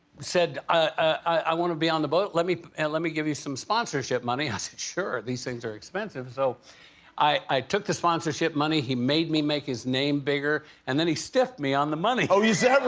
said, i want to be on the boat. let me and let me give you some sponsorship money. i said, sure. these things are expensive. so i took the sponsorship money. he made me make his name bigger. and then he stiffed me on the money. jimmy kimmel oh, is that